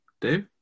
Dave